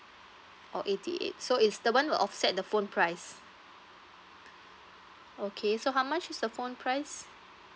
oh eighty eight is the [one] will offset the phone price okay so how much is the phone price